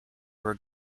were